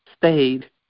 stayed